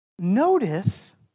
Notice